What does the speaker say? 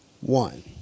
one